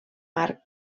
arc